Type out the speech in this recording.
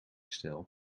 stijl